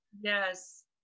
yes